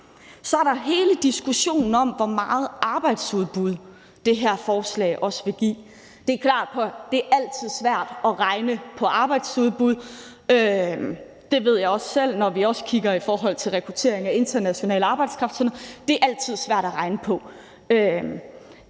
Så er der også hele diskussionen om, hvor meget arbejdsudbud det her forslag vil give. Det er klart, at det altid er svært at regne på arbejdsudbud. Det ved jeg også selv, når vi kigger på rekruttering af international arbejdskraft osv., altså at det altid er svært at regne på.